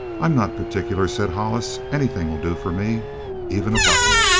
i'm not particular, said hollis. anything will do for me even a button!